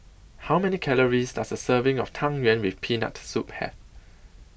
How Many Calories Does A Serving of Tang Yuen with Peanut Soup Have